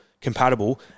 compatible